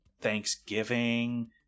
thanksgiving